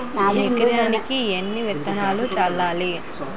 ఎకరానికి ఎన్ని విత్తనాలు చల్లాలి?